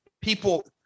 people